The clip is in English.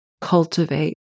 cultivate